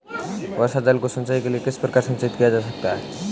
वर्षा जल को सिंचाई के लिए किस प्रकार संचित किया जा सकता है?